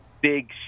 big